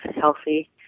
healthy